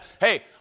hey